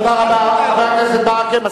תודה רבה, חבר הכנסת ברכה.